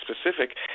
specific